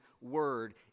word